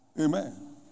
Amen